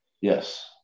Yes